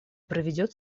проведет